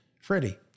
Freddie